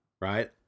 Right